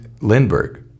Lindbergh